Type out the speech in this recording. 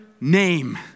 name